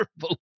terrible